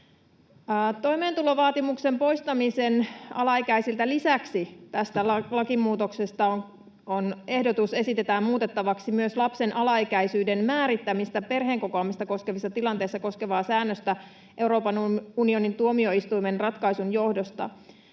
perheenjäsenen tai muun omaisen oleskeluluvan saamiseksi. Ehdotuksessa esitetään muutettavaksi myös lapsen alaikäisyyden määrittämistä perheenkokoamista koskevissa tilanteissa koskevaa säännöstä Euroopan unionin tuomioistuimen ratkaisun johdosta.